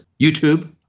YouTube